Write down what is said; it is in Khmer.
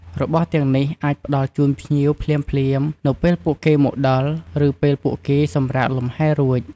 របស់ទាំងនេះអាចផ្តល់ជូនភ្ញៀវភ្លាមៗនៅពេលពួកគេមកដល់ ឬពេលពួកគេសម្រាកលម្ហែរួច។